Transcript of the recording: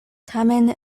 tamen